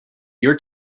your